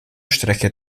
strecke